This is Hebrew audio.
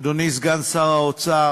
אדוני סגן שר האוצר,